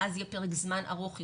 ואז לפרק זמן ארוך יותר,